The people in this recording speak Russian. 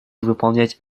выполнять